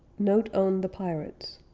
note on the pirates.